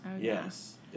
Yes